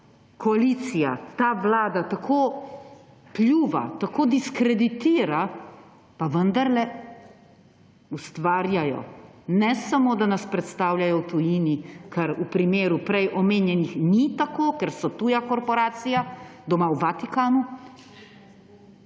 koalicija, ta vlada tako kljuva, tako diskreditira, pa vendarle ustvarjajo. Ne samo da nas predstavljajo v tujini, kar v primeru prej omenjenih ni tako, ker so tuja korporacija, doma v Vatikanu,